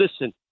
listen